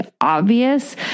obvious